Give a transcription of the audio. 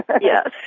Yes